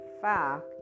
fact